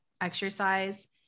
exercise